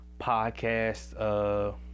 Podcasts